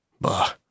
Bah